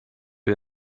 you